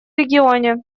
регионе